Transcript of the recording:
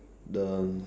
the